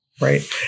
Right